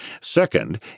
Second